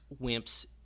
wimps